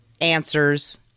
answers